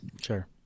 Sure